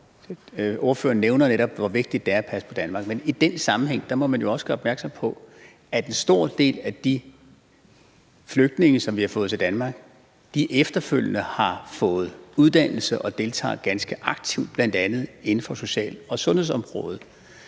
netop nævner, hvor vigtigt det er at passe på Danmark. Men i den sammenhæng må man jo også gøre opmærksom på, at en stor del af de flygtninge, som vi har fået til Danmark, efterfølgende har fået uddannelse og deltager ganske aktivt, bl.a. inden for social- og sundhedsområdet.